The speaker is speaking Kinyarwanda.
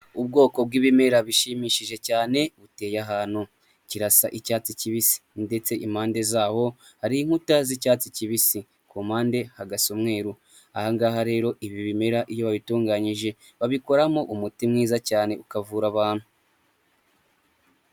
Ubwoko bw'ibimera bishimishije cyane biteye ahantu, kirasa icyatsi kibisi ndetse impande zawo hari inkuta z'icyatsi kibisi, ku mpande hagasa umweru, aha ngaha rero ibi bimera iyo babitunganyije babikoramo umuti mwiza cyane ukavura abantu.